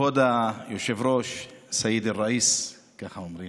כבוד היושב-ראש, סייד א-ראיס, ככה אומרים,